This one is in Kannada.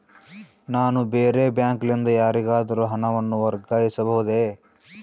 ನಾನು ಬೇರೆ ಬ್ಯಾಂಕ್ ಲಿಂದ ಯಾರಿಗಾದರೂ ಹಣವನ್ನು ವರ್ಗಾಯಿಸಬಹುದೇ?